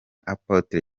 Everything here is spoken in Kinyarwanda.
apotre